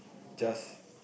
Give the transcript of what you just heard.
just